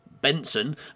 Benson